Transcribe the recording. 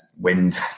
Wind